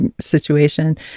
situation